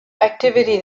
activity